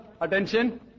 attention